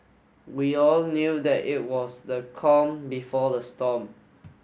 we all knew that it was the calm before the storm